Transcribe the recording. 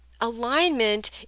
alignment